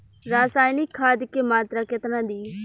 रसायनिक खाद के मात्रा केतना दी?